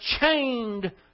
chained